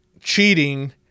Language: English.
cheating